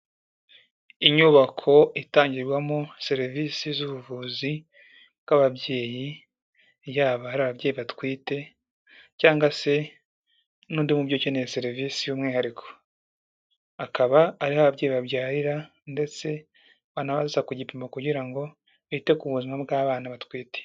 Inyubako itangirwamo serivisi z'ubuvuzi bw'ababyeyi, yaba ari ababyeyi batwite cyangwa se n'undi mubyeyi ukeneye serivisi y'umwihariko, akaba ari ho ababyeyi babyarira ndetse banaza ku gipimo kugira ngo bite ku buzima bw'abana batwite.